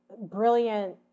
brilliant